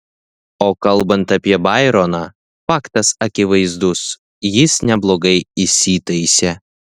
o kalbant apie baironą faktas akivaizdus jis neblogai įsitaisė